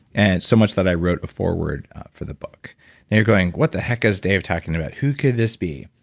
and so much that i wrote a foreword for the book you're going, what the heck is dave talking about? who could this be?